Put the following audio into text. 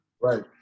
right